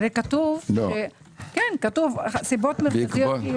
כתוב: לשכות לא